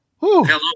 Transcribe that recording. Hello